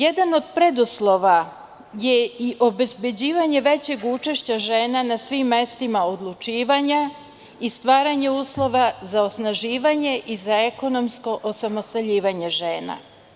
Jedan od preduslova je i obezbeđivanje većeg učešća žena na svim mestima odlučivanja i stvaranja uslova za osnaživanje i za ekonomsko osamostaljivanje žena.